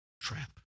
trap